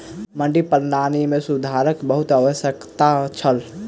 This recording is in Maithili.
मंडी प्रणाली मे सुधारक बहुत आवश्यकता छल